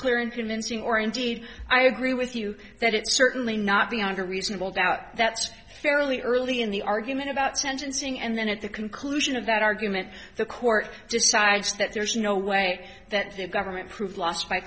indeed i agree with you that it's certainly not beyond a reasonable doubt that's fairly early in the argument about sentencing and then at the conclusion of that argument the court decides that there's no way that the government prove lost by